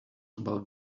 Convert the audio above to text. about